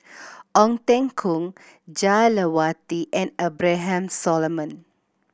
Ong Teng Koon Jah Lelawati and Abraham Solomon